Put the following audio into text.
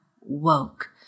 woke